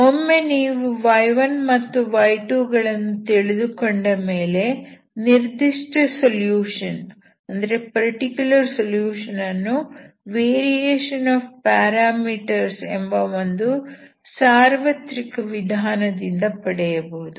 ಒಮ್ಮೆ ನೀವು y1 ಮತ್ತು y2 ಗಳನ್ನು ತಿಳಿದುಕೊಂಡ ಮೇಲೆ ನಿರ್ದಿಷ್ಟ ಸೊಲ್ಯೂಷನ್ ಅನ್ನು ವೇರಿಯೇಶನ್ ಆಫ್ ಪ್ಯಾರಾಮೀಟರ್ಸ್ ಎಂಬ ಒಂದು ಸಾರ್ವತ್ರಿಕ ವಿಧಾನದಿಂದ ಪಡೆಯಬಹುದು